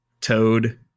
Toad